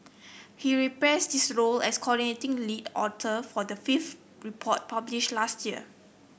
he reprised his role as coordinating lead author for the fifth report published last year